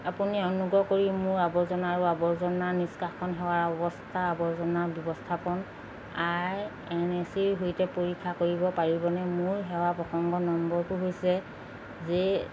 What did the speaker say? আপুনি অনুগ্ৰহ কৰি মোৰ আৱৰ্জনা আৰু আৱৰ্জনা নিষ্কাশন সেৱাৰ অৱস্থা আৱৰ্জনা ব্যৱস্থাপন আই এন চি ৰ সৈতে পৰীক্ষা কৰিব পাৰিবনে মোৰ সেৱাৰ প্ৰসংগ নম্বৰটো হৈছে জে